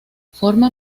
forma